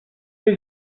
类似